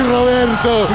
Roberto